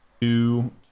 two